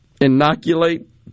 inoculate